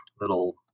little